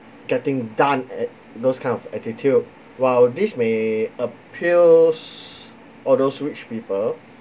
getting done at those kind of attitude while this may appeals all those rich people